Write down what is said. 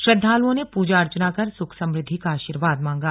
श्रद्वालुओं ने पूजा अर्चना कर सुख समुद्धि का आशीर्वाद मांगा